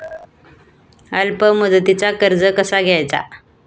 अल्प मुदतीचा कर्ज कसा घ्यायचा?